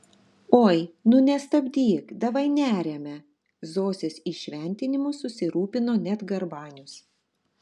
oi nu nestabdyk davaj neriame zosės įšventinimu susirūpino net garbanius